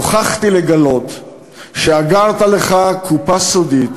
נוכחתי לגלות שאגרת לך קופה סודית,